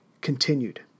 continued